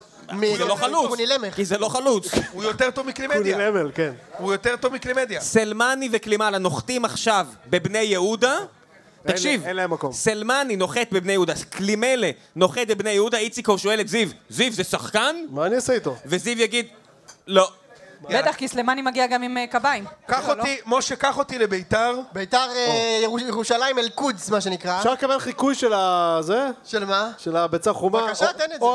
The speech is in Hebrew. כי זה לא חלוץ הוא יותר טוב מקלימדיה הוא יותר טוב מקלימדיה סלמאני וקלימאלה נוחתים עכשיו בבני יהודה תקשיב סלמאני נוחת בבני יהודה קלימאלה נוחה בבני יהודה איציקו שואלת זיו, זיו זה שחקן? וזיו יגיד לא בטח כי סלמאני מגיע גם עם קביים משה קח אותי לביתר ביתר ירושלים אל קודס מה שנקרא אפשר לקבל חיקוי של ה... של מה? של הביצה חומה